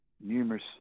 numerous